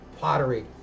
pottery